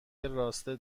راسته